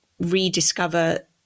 rediscover